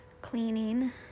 cleaning